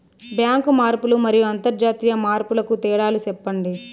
Bank మార్పులు మరియు అంతర్జాతీయ మార్పుల కు తేడాలు సెప్పండి?